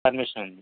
permission అండి